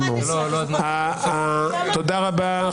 תודה רבה,